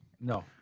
no